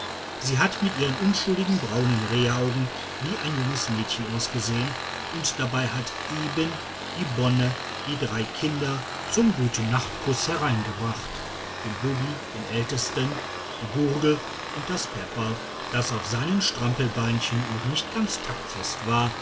sie hat mit ihren unschuldigen braunen rehaugen wie ein junges mädchen ausgesehen und dabei hat eben die bonne die drei kinder zum gutenachtkuß hereingebracht den bubi den ältesten die burgel und das peperl das auf seinen strampelbeinchen noch nicht ganz taktfest war